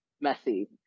messy